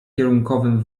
kierunkowym